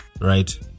Right